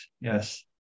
yes